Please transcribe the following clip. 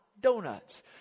donuts